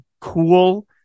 cool